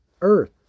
earth